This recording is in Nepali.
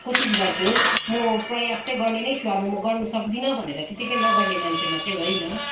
कोसिस गर्छु म प्रयास चाहिँ गर्ने नै छु अब म गर्नु सक्दिनँ भनेर त्यतिकै नगर्ने मान्छेमा चाहिँ होइन